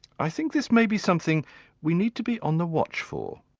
i think this maybe something we need to be on the watch for.